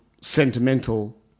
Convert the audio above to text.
Sentimental